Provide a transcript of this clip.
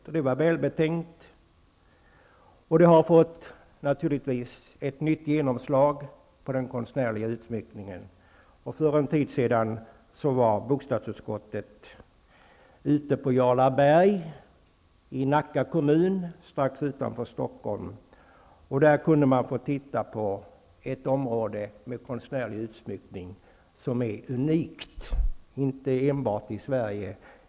Beslutet vat välbetänkt, och det har fått ett nytt genomslag på den konstnärliga utsmyckningen. För en tid sedan var bostadsutskottet på besök i Stockholm. Där kunde utskottet få se ett område som är unikt när det gäller konstnärlig utsmyckning -- dock inte enbart i Sverige.